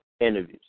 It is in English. interviews